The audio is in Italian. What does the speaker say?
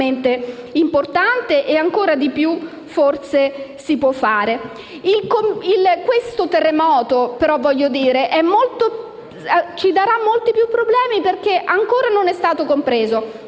importante e ancora di più, forse, si può fare. Questo terremoto ci darà molti più problemi, perché ancora non è stato compreso.